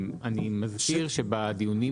אני לא מחריג כלום